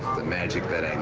magic that.